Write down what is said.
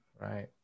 Right